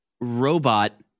robot